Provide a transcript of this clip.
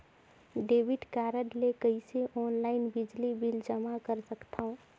Debit card ले कइसे online बिजली बिल जमा कर सकथव?